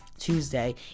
Tuesday